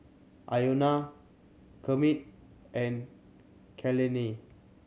Iona Kermit and Kaylene